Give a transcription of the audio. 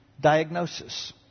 diagnosis